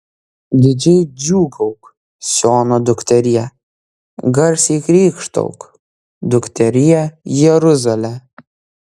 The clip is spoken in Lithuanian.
didžiai džiūgauk siono dukterie garsiai krykštauk dukterie jeruzale